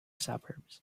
suburbs